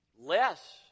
Less